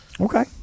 Okay